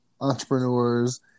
entrepreneurs